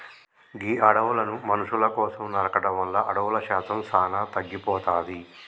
గీ అడవులను మనుసుల కోసం నరకడం వల్ల అడవుల శాతం సానా తగ్గిపోతాది